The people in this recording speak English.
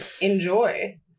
Enjoy